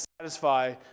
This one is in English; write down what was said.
satisfy